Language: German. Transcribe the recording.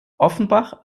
offenbach